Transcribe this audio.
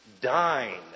Dine